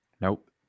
Nope